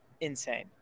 insane